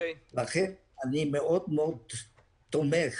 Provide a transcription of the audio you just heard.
אני מאוד מאוד תומך